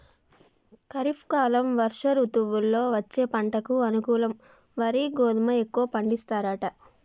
ఖరీఫ్ కాలం వర్ష ఋతువుల్లో వచ్చే పంటకు అనుకూలం వరి గోధుమ ఎక్కువ పండిస్తారట